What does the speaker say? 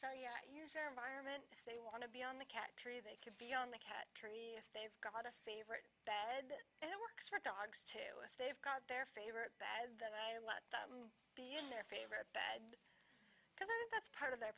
at user environment if they want to be on the cat tree they could be on the cat tree if they've got a favorite bad and it works for dogs too if they've got their favorite bad then i let them be in their favorite bed because that's part of their